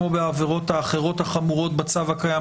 כמו בעבירות האחרות החמורות בצו הקיים,